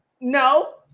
No